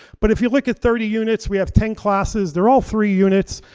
but if you look at thirty units, we have ten classes, they're all three units.